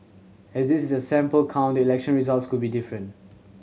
as this is a sample count the election result could be different